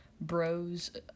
bros